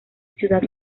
ciudad